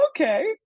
Okay